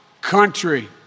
country